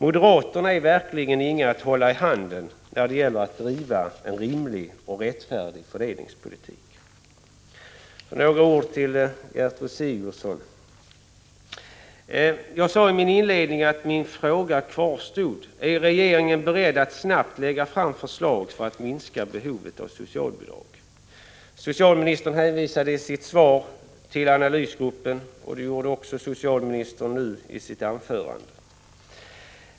Moderaterna är verkligen inga att hålla i handen när det gäller att driva en rimlig och rättfärdig fördelningspolitik. Så några ord till Gertrud Sigurdsen. Jag sade i mitt inledningsanförande att min fråga kvarstod: Är regeringen beredd att snabbt lägga fram förslag för att minska behovet av socialbidrag? Socialministern hänvisade i sitt svar till analysgruppen, och det gjorde hon också i sitt anförande nyss.